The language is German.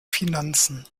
finanzen